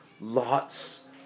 Lot's